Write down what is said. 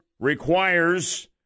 requires